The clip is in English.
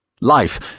Life